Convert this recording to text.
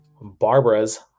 Barbara's